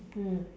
mm